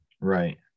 Right